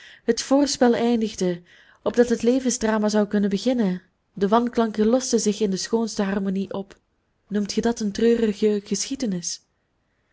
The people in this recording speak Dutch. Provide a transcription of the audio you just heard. het voorspel eindigde opdat het levensdrama zou kunnen beginnen de wanklanken losten zich in de schoonste harmonie op noemt ge dat een treurige geschiedenis